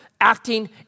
acting